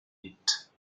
vite